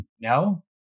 no